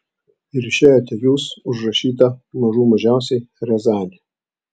ir išėjote jūs užrašyta mažų mažiausiai riazanė